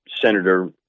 Senator